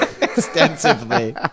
extensively